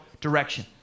direction